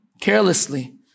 carelessly